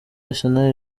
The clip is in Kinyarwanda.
arsenal